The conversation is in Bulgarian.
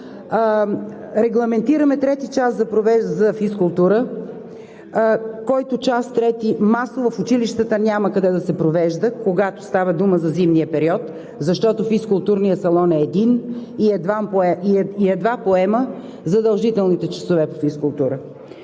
регламентираме трети час за физкултура, който трети час масово в училищата няма къде да се провежда, когато става дума за зимния период, защото физкултурният салон е един и едва поема задължителните часове по физкултура.